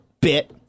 bit